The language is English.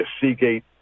Seagate